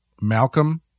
malcolm